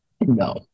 No